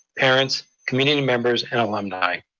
parents, community members, and alumni.